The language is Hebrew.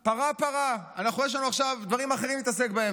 פרה-פרה, יש לנו עכשיו דברים אחרים להתעסק בהם.